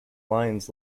lions